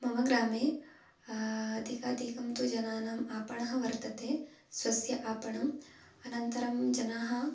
मम ग्रामे अधिकाधिकं तु जनानाम् आपणः वर्तते स्वस्य आपणम् अनन्तरं जनाः